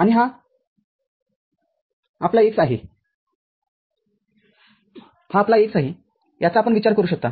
आणि हा आपला x आहे हा आपला x आहे हा आपला x आहे याचा आपण विचार करू शकता